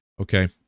okay